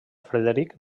frederic